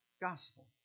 gospel